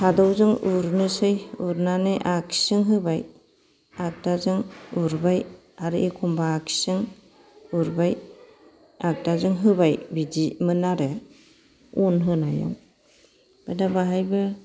खौदौजों उरनोसै उरनानै आगसिजों होबाय आगदाजों उरबाय आरो एखमबा आगसिजों उरबाय आगदाजों होबाय बिदिमोन आरो अन होनायाव ओमफ्राय दा बाहायबो